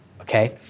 okay